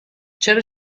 چرا